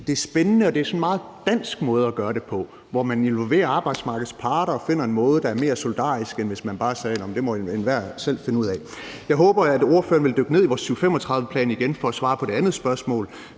er spændende og en sådan meget dansk måde at gøre det på, hvor man involverer arbejdsmarkedets parter og finder en måde, der er mere solidarisk, end hvis man bare sagde: Nå, men det må enhver selv finde ud af. Jeg håber, at ordføreren vil dykke ned i vores 2035-plan igen – for at svare på det andet spørgsmål